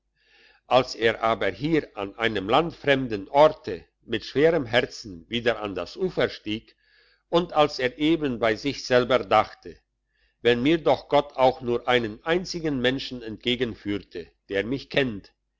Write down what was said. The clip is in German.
als er aber hier an einem landfremden orte mit schwerem herzen wieder an das ufer stieg und als er eben bei sich selber dachte wenn mir doch gott auch nur einen einzigen menschen entgegenführte der mich kennt